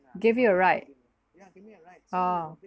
give you a ride